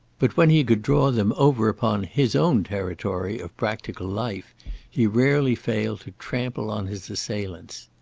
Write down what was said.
but when he could draw them over upon his own territory of practical life he rarely failed to trample on his assailants.